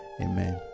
Amen